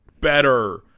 better